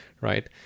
right